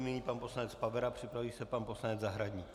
Nyní pan poslanec Pavera, připraví se pan poslanec Zahradník.